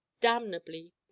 damnably